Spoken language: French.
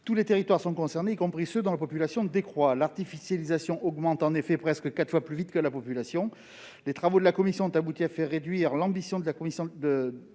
Tous les territoires sont concernés, y compris ceux dont la population décroît. L'artificialisation augmente en effet presque quatre fois plus vite que la population. Les travaux de la commission ont abouti à réduire l'ambition de l'article